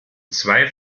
zwei